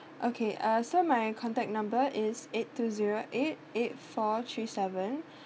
okay uh so my contact number is eight two zero eight eight four three seven